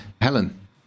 Helen